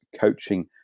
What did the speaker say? Coaching